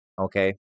okay